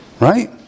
right